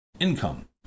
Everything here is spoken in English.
income